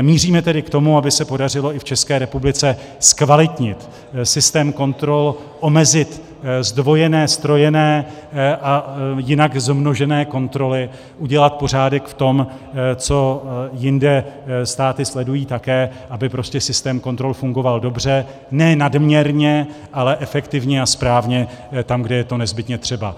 Míříme tedy k tomu, aby se podařilo i v České republice zkvalitnit systém kontrol, omezit zdvojené, ztrojené a jinak zmožené kontroly, udělat pořádek v tom, co jinde státy sledují také, aby prostě systém kontrol fungoval dobře, ne nadměrně, ale efektivně a správně tam, kde je to nezbytně třeba.